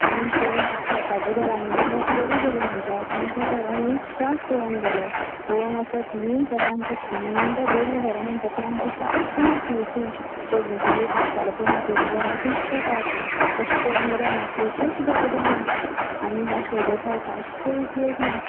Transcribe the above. आनी पळोवन स्लॅबाच्या घरांनी बी लोक बरीं बरीं म्हणटा पूण तीं घरा न्ही त्रास पळोवंक गेल्यार पळोवंक वचत न्ही जाल्यार आमकां थंड बरीं घरां म्हणटात तीं आमचीं सारकीं मातयेचीं पयलींचो लोक आसतालो पय मातयेच्या घरांत सुशेगाद तशें पळोवंक गेल्यार मातयेचेंच घर बरें आनी कांयच उपयोग ना